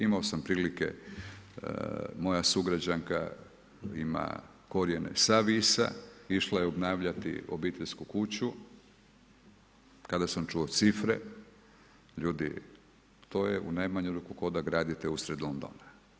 Imao sam prilike, moja sugrađanka ima korijene sa Visa, išla je obnavljati obiteljsku kuću, kada sam čuo cifre, ljudi, to je u najmanju ruku kao da gradite usred Londona.